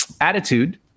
attitude